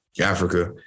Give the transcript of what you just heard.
Africa